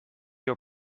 your